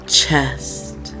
chest